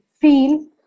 feel